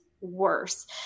worse